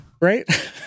Right